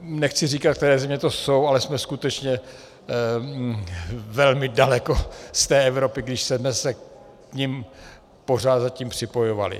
Nechci říkat, které země to jsou, ale jsme skutečně velmi daleko z té Evropy, když jsme se dnes k nim pořád zatím připojovali.